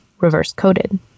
reverse-coded